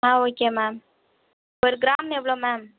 ஆ okay ma'am ஒரு gram எவ்வளோ ma'am